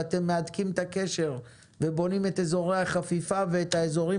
שאתם מהדקים את הקשר ובונים את אזורי החפיפה ואת האזורים